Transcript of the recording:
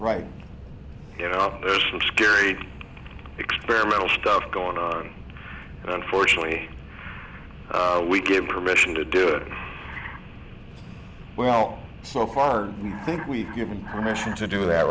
right you know there are some scary experimental stuff going on and unfortunately we get permission to do it well so far we think we've given permission to do that